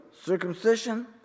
circumcision